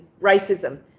racism